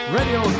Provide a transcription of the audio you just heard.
Radio